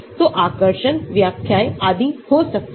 तो आकर्षण व्याख्याएं आदि हो सकते हैं